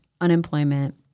unemployment